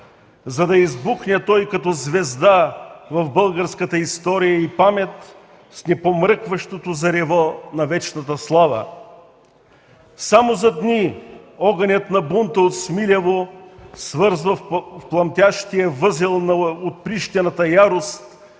за да избухне той като звезда в българската история и памет с непомръкващото зарево на вечната слава. Само за дни огънят на бунта от Смилево завързва в пламтящия възел на отприщената ярост